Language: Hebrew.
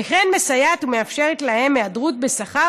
וכן מסייעת ומאפשרת להם היעדרות בשכר